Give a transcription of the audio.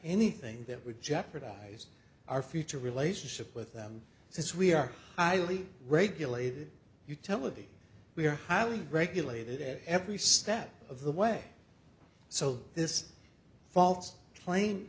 anything that would jeopardize our future relationship with them since we are highly regulated utility we are highly regulated at every step of the way so this false cla